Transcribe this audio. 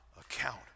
account